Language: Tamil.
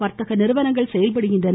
வர்த்தக நிறுவனங்கள் செயல்படுகின்றன